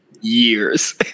years